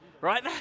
right